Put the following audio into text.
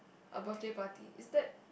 a birthday party is that